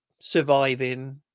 surviving